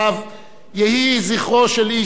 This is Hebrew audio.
יהי זכרו של איש זה ברוך.